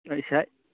ꯑꯥ ꯉꯁꯥꯏ